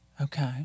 Okay